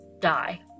die